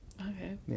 Okay